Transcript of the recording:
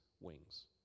wings